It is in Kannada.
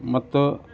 ಮತ್ತು